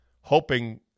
Hoping